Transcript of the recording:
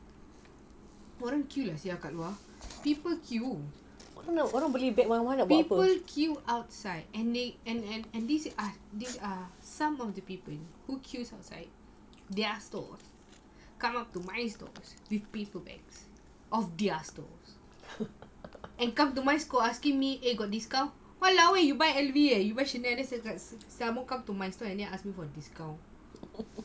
orang people queue lah sia kat luar people queue people queue outside and these are some of the people who queues outside their store come up to my stores with paper bags of their stores and come to my store asking me eh got discount !walao! eh you buy L_V eh you buy chanel then come to my store and then ask me for discount